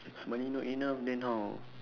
money not enough then how